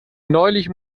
neulich